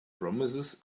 promises